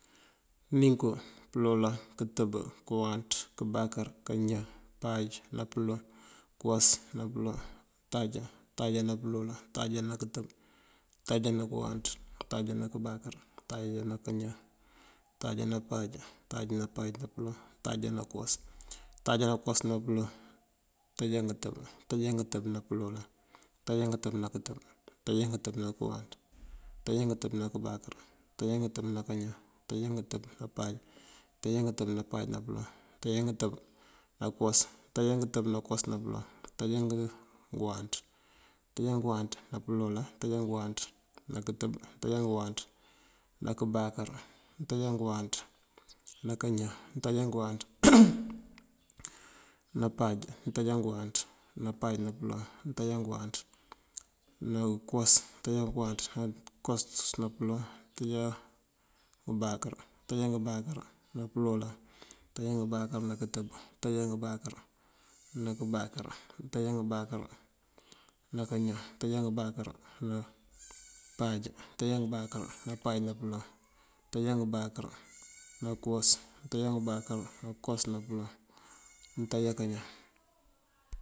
Ninko, pёloolan, kёtёb, kёwáanţ, kёbáakёr, kañan, páaj ná pёloŋ, kёwas ná pёloŋ, untáajá, untáajá ná pёloolan, untáajá ná kёtёb, untáajá ná kёwáanţ, untáajá ná kёbáakёr, untáajá ná kañan, untáajá ná páaj, untáajá ná páaj ná pёloŋ, untáajá ná kёwas, untáajá ná kёwas ná pёloŋ, ngёntáajá ngёtёb, ngёntáajá ngёtёb ná pёloolan, ngёntáajá ngёtёb ná kёtёb, ngёntáaajá ngёtёb ná kёwáanţ, ngёntáaajá ngёtёb ná kёbáakёr, ngёntáajá ngёtёb ná kañan, ngёntáajá ngёtёb ná páaj, ngёntáajá ngёtёb ná páaj ná pёloŋ, ngёntáajá ngёtёb ná kёwas, ngёntáajá ngёtёb ná kёwas ná pёloŋ, ngёntáajá ngёwáanţ, ngёntáajá ngёwáanţ ná pёloolan, ngёntáajá ngёwáanţ ná kёtёb, ngёntáajá ngёwáanţ ná kёbáakёr, ngёntáajá ngёwáanţ ná kañan, ngёntáajá ngёwáanţ ná páaj, ngёntáajá ngёwáanţ ná páaj ná pёloŋ, ngёntáajá ngёwáanţ ná kёwas, ngёntáaajá ngёwáanţ ná kёwas ná pёloŋ, ngёntáaajá ngёbáakёr, ngёntáajá ngёbáakёr ná pёloolan, ngёntáajá ngёbáakёr ná kёtёb, ngёntáajá ngёbáakёr ná kёbáakёr, ngёntáajá ngёbáakёr ná kañan, ngёntáajá ngёbáakёr ná páaj, ngёntáajá ngёbáakёr ná páaj ná pёloŋ, ngёntáajá ngёbáakёr ná kёwas, ngёntáajá ngёbáakёr ná kёwas ná pёloŋ, ngёntáajá.